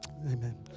Amen